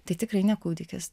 tai tikrai ne kūdikis